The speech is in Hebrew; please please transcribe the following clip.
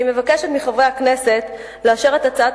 אני מבקשת מחברי הכנסת לאשר את הצעת